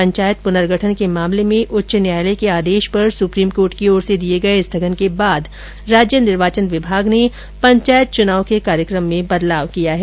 पंचायत पुनर्गठन के मामले में उच्च न्यायालय के आदेश पर सुप्रीम कोर्ट की ओर से दिये गये स्थगन के बाद राज्य निर्वाचन विभाग ने पंचायत चुनाव के कार्यक्रम में बदलाव किया है